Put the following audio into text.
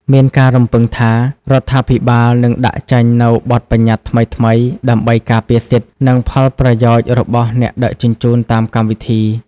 មានការរំពឹងថា រដ្ឋាភិបាលនឹងដាក់ចេញនូវបទប្បញ្ញត្តិថ្មីៗ ដើម្បីការពារសិទ្ធិ និងផលប្រយោជន៍របស់អ្នកដឹកជញ្ជូនតាមកម្មវិធី។